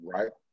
Right